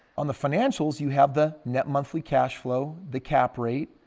on the financials, you have the net monthly cash flow, the cap rate,